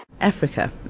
Africa